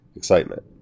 Excitement